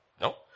No